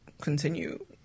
continue